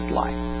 life